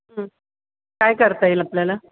हं काय करता येईल आपल्याला